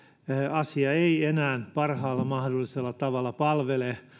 asia ei enää parhaalla mahdollisella tavalla palvele